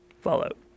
Fallout